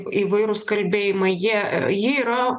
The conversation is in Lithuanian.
įvairūs kalbėjimai jie jie yra